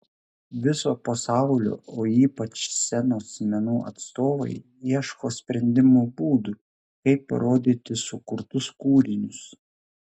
viso pasaulio o ypač scenos menų atstovai ieško sprendimo būdų kaip parodyti sukurtus kūrinius